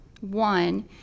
One